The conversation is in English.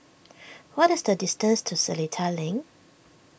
what is the distance to Seletar Link